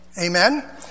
amen